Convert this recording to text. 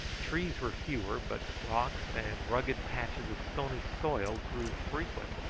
trees were fewer, but rocks and rugged patches of stony soil grew frequent,